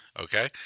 Okay